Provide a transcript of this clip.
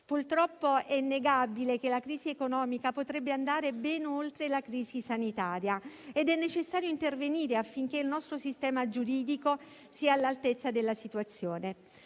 Purtroppo, è innegabile che la crisi economica potrebbe andare ben oltre la crisi sanitaria ed è necessario intervenire affinché il nostro sistema giuridico sia all'altezza della situazione.